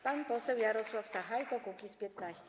Pan poseł Jarosław Sachajko, Kukiz’15.